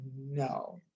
no